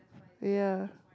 ya